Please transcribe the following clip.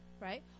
right